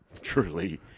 truly